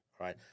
right